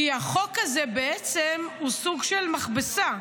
כי החוק הזה הוא בעצם סוג של מכבסה.